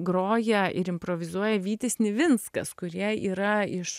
groja ir improvizuoja vytis nivinskas kurie yra iš